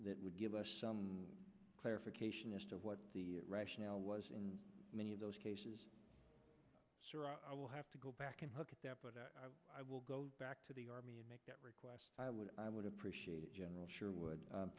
that would give us some clarification as to what the rationale was in many of those cases i will have to go back and look at that but i will go back to the army and make that request i would i would appreciate general sure would